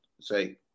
Say